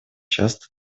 часто